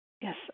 Yes